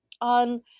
on